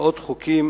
ועוד חוקים